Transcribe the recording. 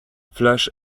flash